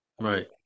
Right